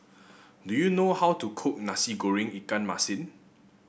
do you know how to cook Nasi Goreng Ikan Masin